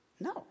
No